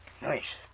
Nice